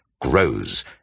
grows